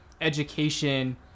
education